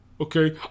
okay